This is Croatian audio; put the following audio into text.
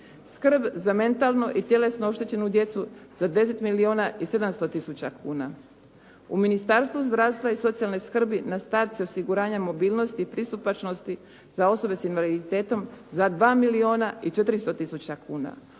skrb za mentalno i tjelesno oštećenu za 10 milijuna i 700 tisuća kuna. U Ministarstvu zdravstva i socijalne skrbi na stavci osiguranja mobilnosti i pristupačnosti za osobe s invaliditetom za 2 milijuna i 400 tisuća kuna,